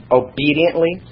obediently